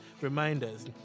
reminders